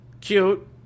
Cute